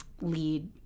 lead